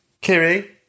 Kiri